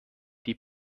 die